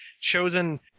chosen